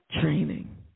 training